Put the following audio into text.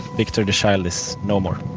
viktor the child is no more,